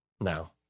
now